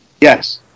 Yes